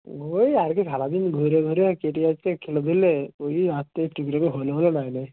ওই আর কি সারাদিন ঘুরে ঘুরে কেটে যাচ্ছে খেলে ধুলে ওই টুকিটাকি হলো হলো নাই নাই